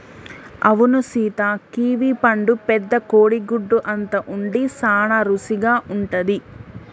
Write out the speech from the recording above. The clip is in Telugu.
అవును సీత కివీ పండు పెద్ద కోడి గుడ్డు అంత ఉండి సాన రుసిగా ఉంటది